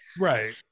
right